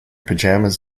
pyjamas